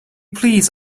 please